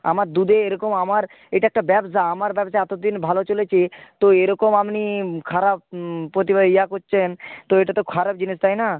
আমার দুধে এরকম আমার এটা একটা ব্যবসা আমার ব্যবসা এত দিন ভালো চলেছে তো এরকম আপনি খারাপ প্রতি বা ইয়া করছেন তো এটা তো খারাপ জিনিস তাই না